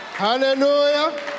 Hallelujah